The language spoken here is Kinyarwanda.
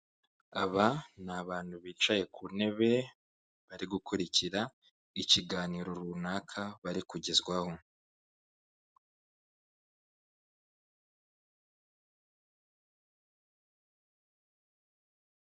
Aba ni abantu bicaye ku ntebe bari gukurikira ikiganiro runaka bari kugezwaho.